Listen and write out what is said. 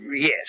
yes